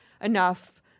enough